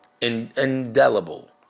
indelible